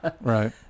Right